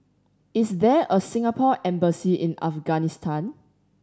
is there a Singapore Embassy in Afghanistan